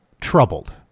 troubled